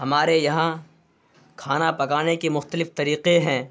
ہمارے یہاں کھانا پکانے کے مختلف طریقے ہیں